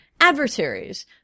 adversaries